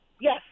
Yes